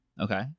Okay